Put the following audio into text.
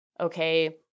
okay